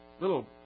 little